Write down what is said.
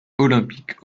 olympiques